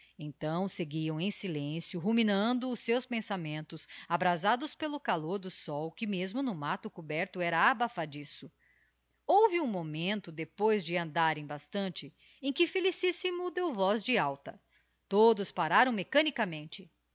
então seguiam em silencio ruminando os seus pensamentos abrasados pelo calor do sol que mesmo no matto coberto era abafadiço houve um momento depois de andarem bastante em que felicissimo deu voz de alta todos pararam mecanicamente e aqui que